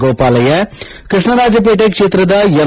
ಗೋಪಾಲಯ್ಯ ಕೃಷ್ಣರಾಜಪೇಟೆ ಕ್ಷೇತ್ರದ ಎಂ